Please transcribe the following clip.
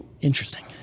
interesting